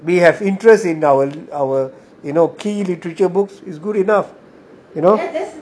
we have interest in our our you know key literature books is good enough you know